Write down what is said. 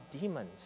demons